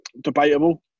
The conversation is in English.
Debatable